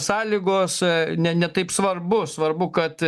sąlygos ne ne taip svarbu svarbu kad